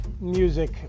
music